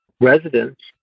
residents